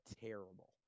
terrible